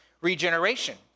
regeneration